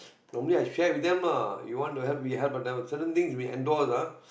normally I share with them lah you want to help we help but certain things we endorse ah